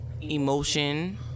emotion